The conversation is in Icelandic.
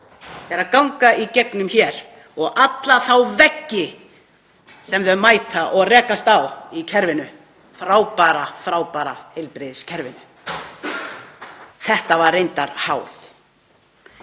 sem fárveikt fólk gengur hér og alla þá veggi sem þau mæta og rekast á í kerfinu, frábæra, frábæra heilbrigðiskerfinu. Þetta var reyndar háð.